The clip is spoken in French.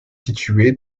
située